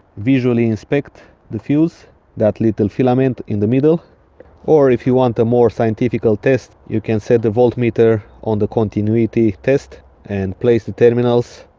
visually inspect the fuse that litlle filament in the midle or if you want a more scientifical test, you can set the volt metter on the continuity test and place the terminals